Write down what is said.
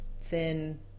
thin